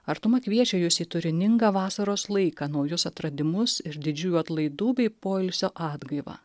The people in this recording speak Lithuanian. artuma kviečia jus į turiningą vasaros laiką naujus atradimus ir didžiųjų atlaidų bei poilsio atgaivą